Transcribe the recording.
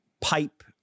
pipe